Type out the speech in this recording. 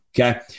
Okay